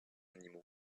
animaux